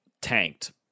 tanked